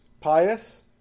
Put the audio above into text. pious